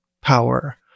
power